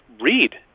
read